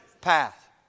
path